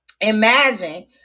Imagine